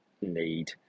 need